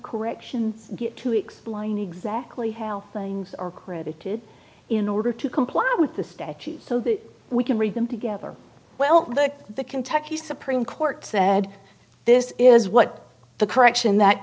corrections get to explain exactly how things are credited in order to comply with the statute so that we can read them together well the kentucky supreme court said this is what the correction that